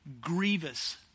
grievous